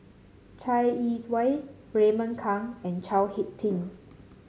Chai Yee Wei Raymond Kang and Chao HicK Tin